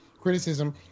criticism